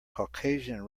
caucasian